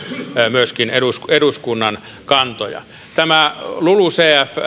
myöskin eduskunnan eduskunnan kantoja tämä lulucf